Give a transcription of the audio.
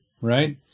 right